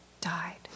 Died